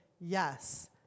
yes